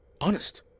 Honest